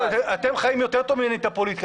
אתם חיים יותר טוב ממני את הפוליטיקה,